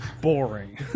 boring